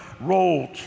rolled